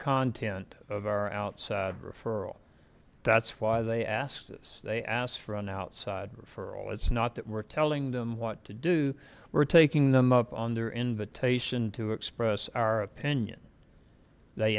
content of our outside referral that's why they asked us they asked for an outside referral it's not that we're telling them what to do we're taking them up on their invitation to express our opinion they